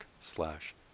slash